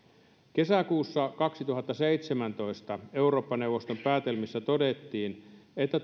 kesäkuussa kaksituhattaseitsemäntoista eurooppa neuvoston päätelmissä todettiin että